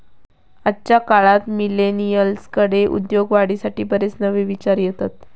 आजच्या काळात मिलेनियल्सकडे उद्योगवाढीसाठी बरेच नवे विचार येतत